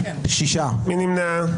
מי נמנע?